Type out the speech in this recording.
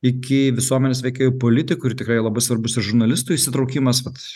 iki visuomenės veikėjų politikų ir tikrai labai svarbus ir žurnalistų įsitraukimas vat